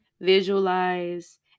Visualize